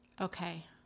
Okay